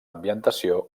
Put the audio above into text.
ambientació